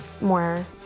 more